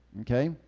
Okay